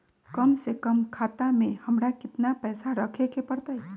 कम से कम खाता में हमरा कितना पैसा रखे के परतई?